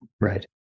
Right